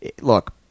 Look